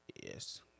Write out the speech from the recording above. Yes